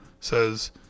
says